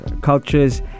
cultures